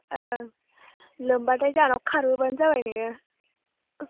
ओं लोमबाथाय जोंहानाव खारबोबानो जाबाय नोङो